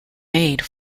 made